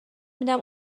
میدم